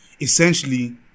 essentially